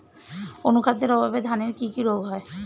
অনুখাদ্যের অভাবে ধানের কি কি রোগ হয়?